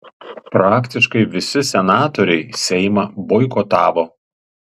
praktiškai visi senatoriai seimą boikotavo